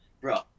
bro